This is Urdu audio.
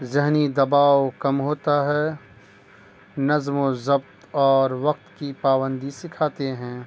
ذہنی دباؤ کم ہوتا ہے نظم و ضبط اور وقت کی پابندی سکھاتے ہیں